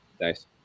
Nice